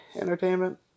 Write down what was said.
Entertainment